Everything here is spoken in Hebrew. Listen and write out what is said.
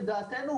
לדעתנו,